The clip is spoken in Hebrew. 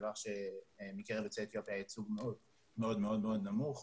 דבר שמקרב יוצאי אתיופיה הייצוג מאוד מאוד מאוד נמוך.